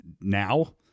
now